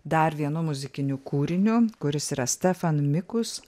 dar vienu muzikiniu kūriniu kuris yra stefan mikus